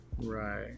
Right